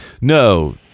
no